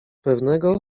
pewnego